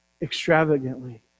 Extravagantly